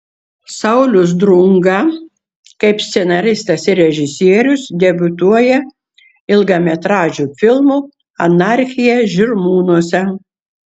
saulius drunga kaip scenaristas ir režisierius debiutuoja ilgametražiu filmu anarchija žirmūnuose